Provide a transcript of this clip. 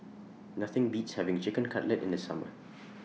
Nothing Beats having Chicken Cutlet in The Summer